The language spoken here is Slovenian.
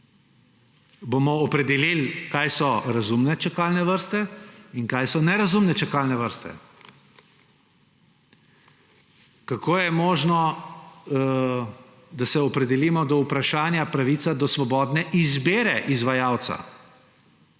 Bomo opredelili, kaj so razumne čakalne vrste in kaj so nerazumne čakalne vrste. Kako je možno, da se opredelimo do vprašanja – pravica do svobodne izbire izvajalca?